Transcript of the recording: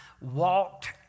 walked